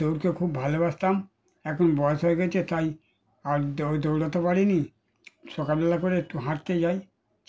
দৌড়কে খুব ভালোবাসতাম এখন বয়স হয়ে গিয়েছে তাই আর দৌড় দৌড়াতে পারি না সকালবেলা করে একটু হাঁটতে যাই